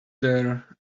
there